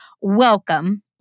welcome